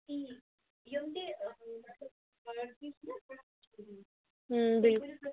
بِلکُل